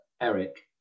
Eric